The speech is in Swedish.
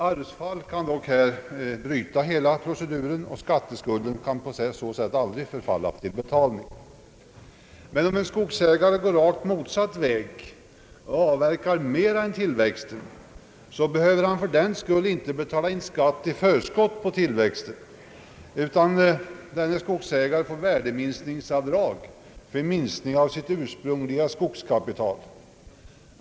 Arvsfall kan dock här bryta hela proceduren, och skatteskulden kan på så sätt aldrig förfalla till betalning. Men om en skogsägare går rakt motsatt väg och avverkar mera än tillväxten, behöver han för den skull inte betala in skatt i förskott på tillväxten, utan denne skogsägare får värdeminskningsavdrag för minskning av sitt ursprungliga skogskapital.